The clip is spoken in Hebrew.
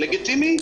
לגיטימי?